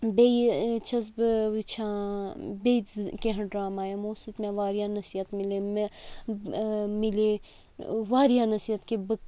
بیٚیہِ چھَس بہٕ وُچھان بیٚیہِ کیٚنٛہہ ڈَرٛاما یِمو سٍتۍ مےٚ وارِیاہ نصیٖحت میلہِ مےٚ میلے وارِیاہ نصیٖحت کہِ بہٕ